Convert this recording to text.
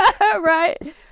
Right